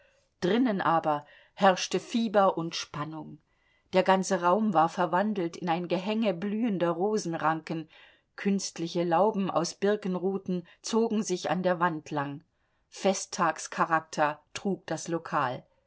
drinnen aber herrschten fieber und spannung der ganze raum war verwandelt in ein gehänge blühender rosenranken künstliche lauben aus birkenruten zogen sich an der wand lang festtagscharakter trug das lokal